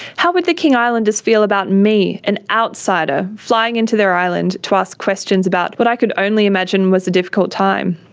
how would the king islanders feel about me, an outsider, flying into their island to ask questions about what i could only imagine was a difficult time?